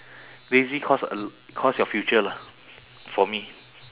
lazy cost a l~ cost your future lah for me